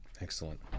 Excellent